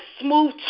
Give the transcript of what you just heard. smooth